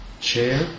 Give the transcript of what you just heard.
chair